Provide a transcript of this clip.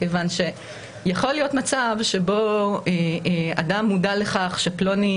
מכיוון שיכול להיות מצב שבו אדם מודע לכך שפלוני